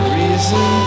reason